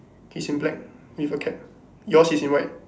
he's in black with a cap yours is in white